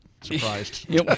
surprised